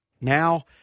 now